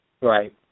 Right